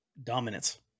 Dominance